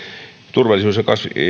turvallisuus